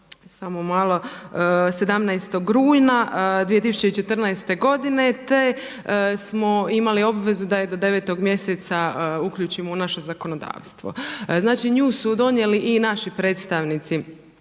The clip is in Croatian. samo malo, 17. rujna 2014. godine, te smo imali obvezu da je do 9 mjeseca uključimo u naše zakonodavstvo. Znači nju su donijeli i naši predstavnici